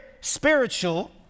spiritual